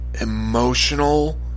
emotional